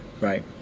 right